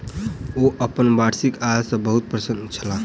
ओ अपन वार्षिक आय सॅ बहुत प्रसन्न छलाह